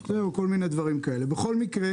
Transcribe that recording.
כל מיני דברים כאלה.